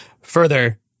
Further